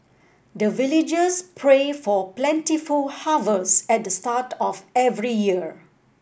the villagers pray for plentiful harvest at the start of every year